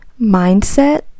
mindset